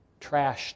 trashed